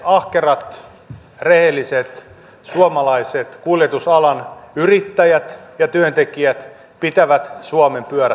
ahkerat rehelliset suomalaiset kuljetusalan yrittäjät ja työntekijät pitävät suomen pyörät pyörimässä